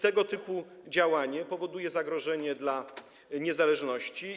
Tego typu działanie powoduje zagrożenie dla niezależności.